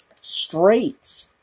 straight